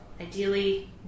ideally